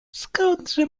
skądże